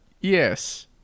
Yes